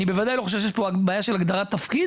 ובוודאי לא חושב שיש פה בעיה של הגדרת תפקיד,